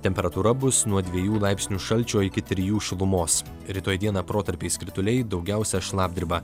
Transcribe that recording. temperatūra bus nuo dviejų laipsnių šalčio iki trijų šilumos rytoj dieną protarpiais krituliai daugiausia šlapdriba